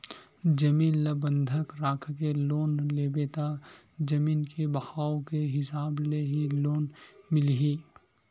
जमीन ल बंधक राखके लोन लेबे त जमीन के भाव के हिसाब ले ही लोन मिलही